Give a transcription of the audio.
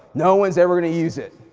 no one's ever gonna use it.